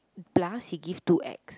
plus he give two X